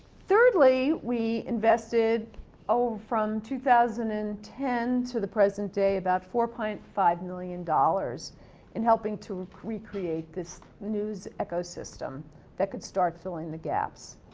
thirdly, we invested over from two thousand and ten to the present day about four point five million dollars in helping to recreate this news ecosystem that could start filling in the gaps.